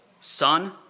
Son